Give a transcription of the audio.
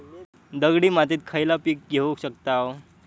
दगडी मातीत खयला पीक घेव शकताव?